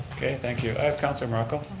okay, thank you. i have councilor morocco.